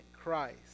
Christ